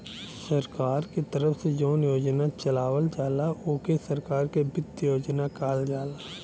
सरकार के तरफ से जौन योजना चलावल जाला ओके सरकार क वित्त योजना कहल जाला